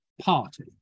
party